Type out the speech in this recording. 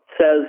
says